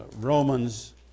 Romans